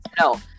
No